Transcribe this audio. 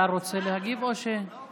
השר רוצה להגיב או, לא פה.